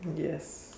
yes